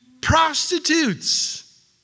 prostitutes